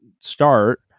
start